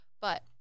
but-